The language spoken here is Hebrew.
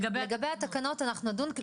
לגבי התקנות אנחנו נדון.